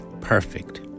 perfect